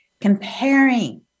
Comparing